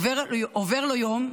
עובר לו יום,